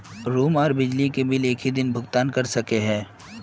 Room आर बिजली के बिल एक हि दिन भुगतान कर सके है?